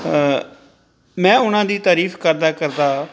ਮੈਂ ਉਹਨਾਂ ਦੀ ਤਾਰੀਫ਼ ਕਰਦਾ ਕਰਦਾ